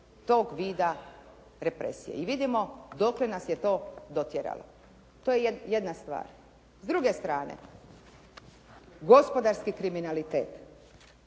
tog vida represije i vidimo dokle nas je to dotjeralo. To je jedna stvar. S druge strane gospodarski kriminalitet